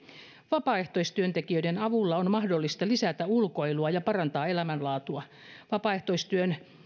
vapaaehtoistyöntekijöiden avulla on mahdollista lisätä ulkoilua ja parantaa elämänlaatua vapaaehtoistyön